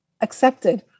accepted